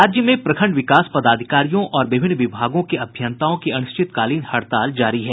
राज्य में प्रखंड विकास पदाधिकारियों और विभिन्न विभागों के अभियंताओं की अनिश्चितकालीन हड़ताल जारी है